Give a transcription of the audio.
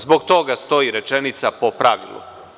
Zbog toga stoji rečenica – po pravilu.